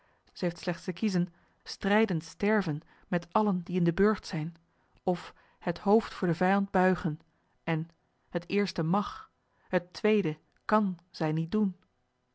zij heeft slechts te kiezen strijdend sterven met allen die in den burcht zijn of het hoofd voor den vijand buigen en het eerste mag het tweede kan zij niet doen